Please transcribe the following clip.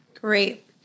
Great